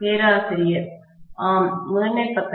பேராசிரியர் ஆம் முதன்மை பக்கத்தில்